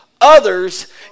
others